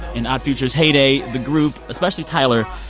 in odd future's heyday, the group, especially tyler,